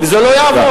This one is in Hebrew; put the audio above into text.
וזה לא יעבור.